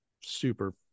super